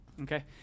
Okay